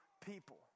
people